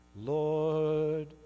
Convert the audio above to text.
Lord